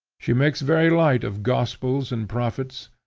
she makes very light of gospels and prophets,